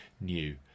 new